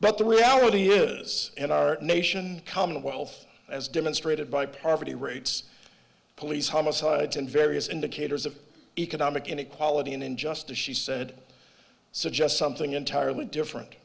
but the reality is in our nation common wealth as demonstrated by poverty rates police homicides and various indicators of economic inequality and in just a she said suggest something entirely different